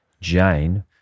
Jane